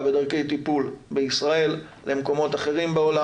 בדרכי טיפול בישראל למקומות אחרים בעולם,